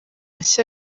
nshya